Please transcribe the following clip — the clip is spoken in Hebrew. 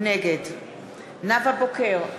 נגד נאוה בוקר,